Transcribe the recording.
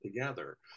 together